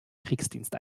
kriegsdienst